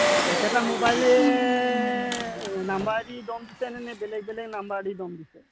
একেটা মোবাইলে নাম্বাৰ দি দম দিছেনে নে বেলেগ বেলেগ নম্বৰ দি দম দিছে